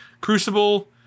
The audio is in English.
Crucible